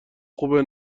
خوبه